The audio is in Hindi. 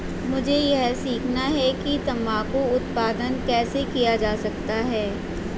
मुझे यह सीखना है कि तंबाकू उत्पादन कैसे किया जा सकता है?